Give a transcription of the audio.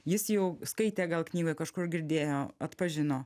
jis jau skaitė gal knygoj kažkur girdėjo atpažino